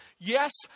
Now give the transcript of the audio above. Yes